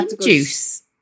juice